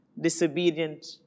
disobedient